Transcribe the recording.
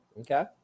Okay